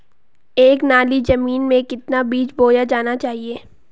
एक नाली जमीन में कितना बीज बोया जाना चाहिए?